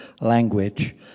language